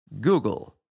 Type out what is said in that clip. Google